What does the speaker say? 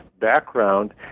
background